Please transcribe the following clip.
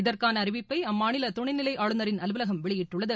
இதற்கான அறிவிப்பை அம்மாநில துணை நிலை ஆளுநரின் அலுவலகம் வெளியிட்டுள்ளது